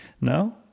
no